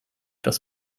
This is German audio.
das